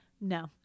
no